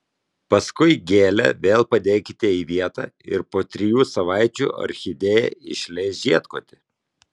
paskui gėlę vėl padėkite į vietą ir po trijų savaičių orchidėja išleis žiedkotį